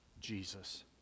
Jesus